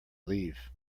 leave